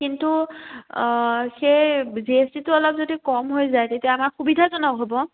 কিন্তু সেই G S টিটো অলপ যদি কম হৈ যায় তেতিয়া আমাৰ সুবিধাজনক হ'ব